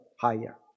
higher